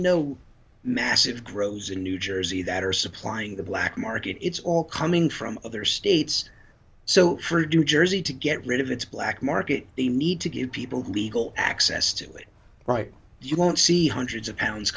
no massive grows in new jersey that are supplying the black market it's all coming from other states so for do jersey to get rid of its black market they need to give people who legal access to it right you won't see hundreds of pounds